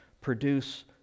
produce